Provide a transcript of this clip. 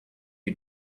you